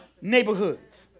neighborhoods